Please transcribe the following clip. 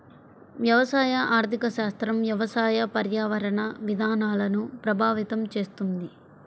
వ్యవసాయ ఆర్థిక శాస్త్రం వ్యవసాయ, పర్యావరణ విధానాలను ప్రభావితం చేస్తుంది